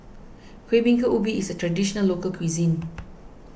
Kueh Bingka Ubi is a Traditional Local Cuisine